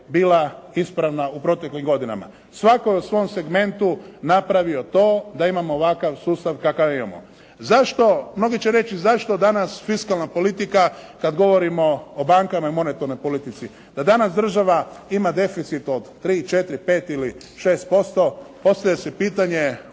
bila ispravna u proteklim godinama. Svatko je u svom segmentu napravio to da imamo ovakav sustav kakav imamo. Zašto, mnogi će reći zašto danas fiskalna politika kad govorimo o bankama i monetarnoj politici, da danas država ima deficit od 3, 4, 5 ili 6%. Postavlja se pitanje